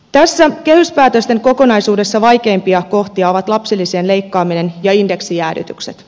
tässä kehyspäätösten kokonaisuudessa vaikeimpia kohtia ovat lapsilisien leikkaaminen ja indeksijäädytykset